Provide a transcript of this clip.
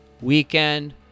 weekend